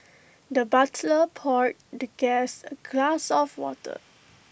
the butler poured the guest A glass of water